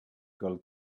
gold